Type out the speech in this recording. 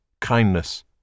kindness